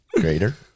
greater